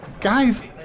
Guys